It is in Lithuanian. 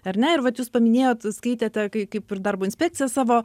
ar ne ir vat jūs paminėjot skaitėte kai kaip ir darbo inspekcija savo